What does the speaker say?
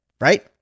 right